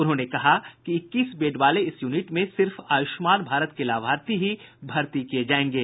उन्होंने कहा कि इक्कीस बेड वाले इस यूनिट में सिर्फ आयुष्मान भारत के लाभार्थी ही भर्ती किये जायेंगे